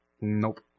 Nope